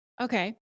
Okay